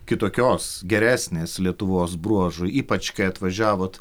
kitokios geresnės lietuvos bruožų ypač kai atvažiavot